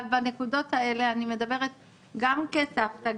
אבל בנקודות האלה אני מדבר גם כסבתא,